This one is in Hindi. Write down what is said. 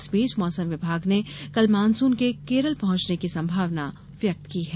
इस बीच मौसम विभाग ने कल मानसून के केरल पहुंचने की संभावना व्यक्त की है